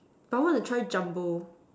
I want to try Jumbo